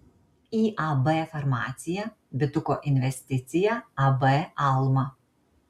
iab farmacija bituko investicija ab alma